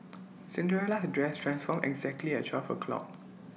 Cinderella her dress transformed exactly at twelve o' clock